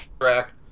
track